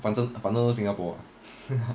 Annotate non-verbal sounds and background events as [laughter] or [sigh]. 反正反正都新加坡 [laughs]